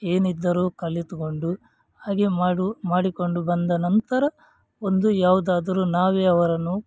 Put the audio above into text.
ಏನಿದ್ದರು ಕಲಿತುಕೊಂಡು ಹಾಗೆ ಮಾಡು ಮಾಡಿಕೊಂಡು ಬಂದ ನಂತರ ಒಂದು ಯಾವ್ದಾದರು ನಾವೇ ಅವರನ್ನು